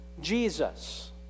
Jesus